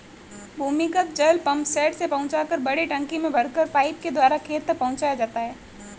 भूमिगत जल पम्पसेट से पहुँचाकर बड़े टंकी में भरकर पाइप के द्वारा खेत तक पहुँचाया जाता है